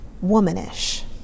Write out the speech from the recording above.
womanish